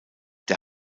der